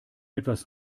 etwas